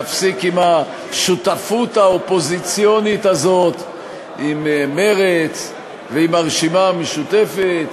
להפסיק עם השותפות האופוזיציונית הזאת עם מרצ ועם הרשימה המשותפת